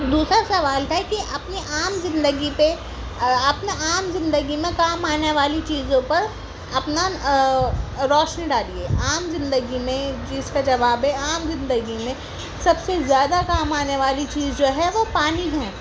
دوسرا سوال تھا کہ اپنی عام زندگی پہ اپنا عام زندگی میں کام آنے والی چیزوں پر اپنا روشنی ڈالیے عام زندگی میں جس کا جواب ہے عام زندگی میں سب سے زیادہ کام آنے والی چیز جو ہے وہ پانی ہے